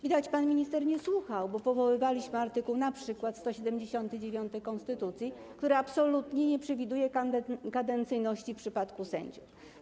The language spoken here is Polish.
Widać pan minister nie słuchał, bo powoływaliśmy się np. na art. 179 konstytucji, który absolutnie nie przewiduje kadencyjności w przypadku sędziów.